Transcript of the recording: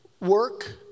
work